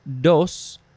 dos